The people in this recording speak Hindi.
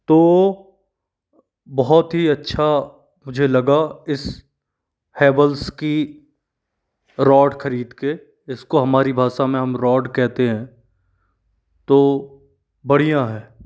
तो बहुत ही अच्छा मुझे लगा इस हैवेल्स की रॉड ख़रीद कर इसको हमारी भाषा में हम रोड कहते हैं तो बढ़िया है